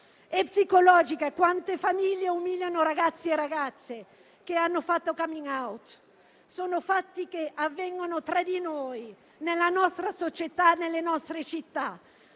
e psicologica e quante famiglie umiliano ragazzi e ragazze che hanno fatto *coming out*. Sono fatti che avvengono tra di noi, nella nostra società, nelle nostre città.